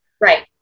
Right